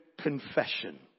confession